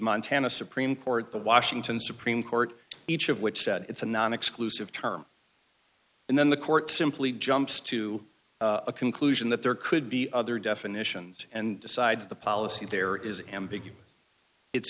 montana supreme court the washington supreme court each of which it's a non exclusive term and then the court simply jumps to a conclusion that there could be other definitions and decide that the policy there is ambiguous it's